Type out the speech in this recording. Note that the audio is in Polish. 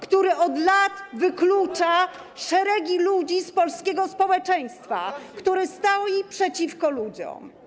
który od lat wyklucza szeregi ludzi z polskiego społeczeństwa, który stoi, jest przeciwko ludziom.